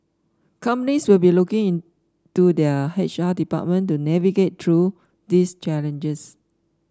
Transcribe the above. companies will be looking to their H R department to navigate through these challenges